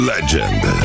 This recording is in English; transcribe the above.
Legend